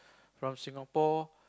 from Singapore